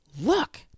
Look